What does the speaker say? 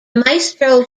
maestro